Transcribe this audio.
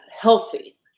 healthy